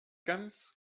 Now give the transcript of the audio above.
ganz